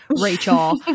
Rachel